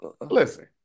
Listen